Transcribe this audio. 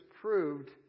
proved